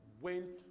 went